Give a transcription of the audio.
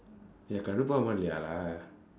ya கடுப்பாகுமா இல்லையா:kaduppaakumaa illaiyaa lah